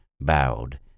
bowed